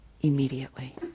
immediately